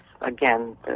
again